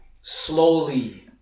slowly